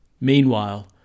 Meanwhile